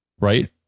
Right